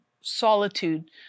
solitude